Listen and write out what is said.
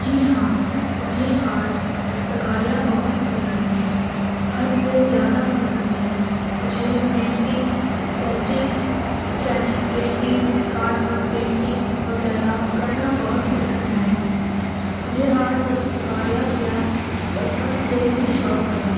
جی ہاں مجھے آرٹ دستکاریاں بہت پسند ہیں حد سے زیادہ پسند ہیں مجھے painting sketching staining painting canvas painting وغیرہ کرنا بہت پسند ہیں مجھے آرٹ دستکاریاں کیا بچپن سے ہی شوق ہے